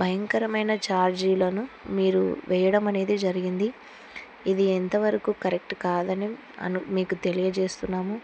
భయంకరమైన ఛార్జీలను మీరు వేయడం అనేది జరిగింది ఇది ఎంతవరకు కరెక్ట్ కాదని అని మీకు తెలియజేస్తున్నాము